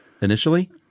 initially